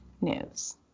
news